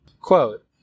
Quote